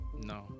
No